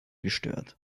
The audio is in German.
gestört